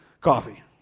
coffee